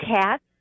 cats